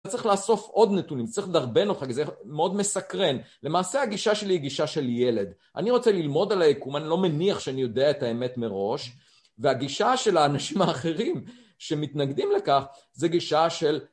צריך לאסוף עוד נתונים, צריך לדרבן אותך, כי זה מאוד מסקרן. למעשה הגישה שלי היא גישה של ילד. אני רוצה ללמוד על היקום, אני לא מניח שאני יודע את האמת מראש, והגישה של האנשים האחרים שמתנגדים לכך זה גישה של...